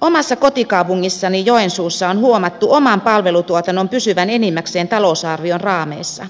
omassa kotikaupungissani joensuussa on huomattu oman palvelutuotannon pysyvän enimmäkseen talousarvion raameissa